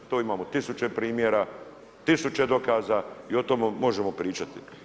To imamo tisuće primjera, tisuće dokaza i o tome možemo pričati.